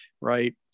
Right